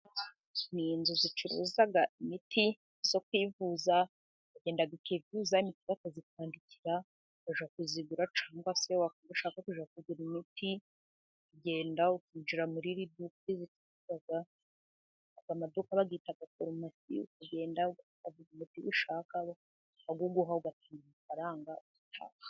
Ni inzu zicuruza imiti yo kwivuza. Uragenda ukivuza imiti bakayikwandikira, ukajya kuyigura cyangwa se washaka kujya kugura imiti, uragenda ukinjira muri iri duka , ayo maduka bayita farumasi, ukagenda bakaguha umuti ushaka , bakawuguha ugatanga amafaranga.